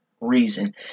reason